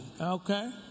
okay